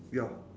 yup